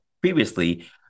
previously